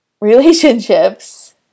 relationships